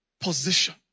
Position